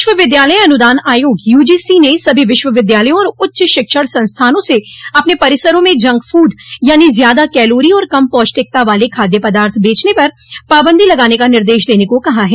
विश्वविद्यालय अनुदान आयोग यूजीसी ने सभी विश्वविद्यालयों और उच्च शिक्षण संस्थानों से अपने परिसरों में जंक फूड यानी ज्यादा कैलोरी और कम पोष्टिकता वाले खाद्य पदार्थ बेचने पर पाबंदी लगाने का निर्देश देने को कहा है